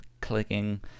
clicking